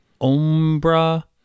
Ombra